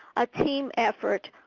a team effort,